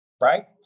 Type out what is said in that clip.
right